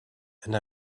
and